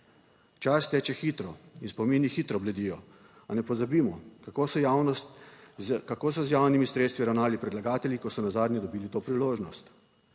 Čas teče hitro in spomini hitro bledijo. A ne pozabimo, kako so javnost, kako so z javnimi sredstvi ravnali predlagatelji, ko so nazadnje dobili to priložnost.